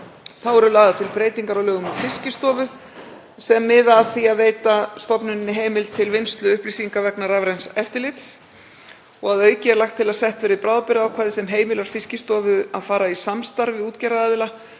Þá eru lagðar til breytingar á lögum um Fiskistofu sem miða að því að veita stofnuninni heimild til vinnslu upplýsinga vegna rafræns eftirlits og að auki er lagt til að sett verði bráðabirgðaákvæði sem heimilar Fiskistofu að fara í samstarf við útgerðaraðila